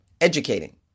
educating